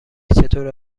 چطور